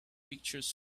pictures